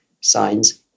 signs